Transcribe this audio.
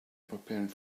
preparing